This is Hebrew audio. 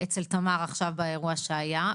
אצל תמר עכשיו באירוע שהיה,